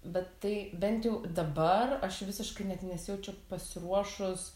bet tai bent jau dabar aš visiškai net nesijaučiu pasiruošus